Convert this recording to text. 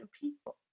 people